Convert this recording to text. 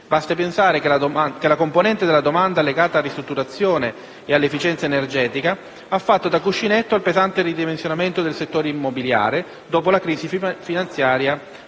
Basti pensare che la componente della domanda legata alle ristrutturazioni e all'efficienza energetica ha fatto da cuscinetto al pesante ridimensionamento del settore immobiliare dopo la crisi finanziaria del